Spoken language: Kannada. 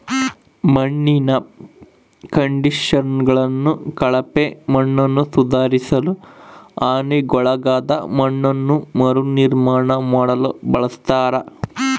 ಮಣ್ಣಿನ ಕಂಡಿಷನರ್ಗಳನ್ನು ಕಳಪೆ ಮಣ್ಣನ್ನುಸುಧಾರಿಸಲು ಹಾನಿಗೊಳಗಾದ ಮಣ್ಣನ್ನು ಮರುನಿರ್ಮಾಣ ಮಾಡಲು ಬಳಸ್ತರ